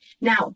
Now